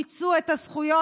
מיצו את הזכויות.